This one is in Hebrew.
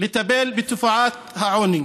בתופעת העוני.